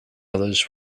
others